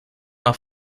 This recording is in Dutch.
haar